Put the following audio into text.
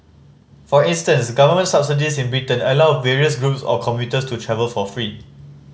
for instance government subsidies in Britain allow various groups of commuters to travel for free